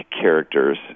characters